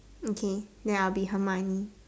okay then I'll be Hermione